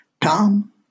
Tom